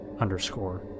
underscore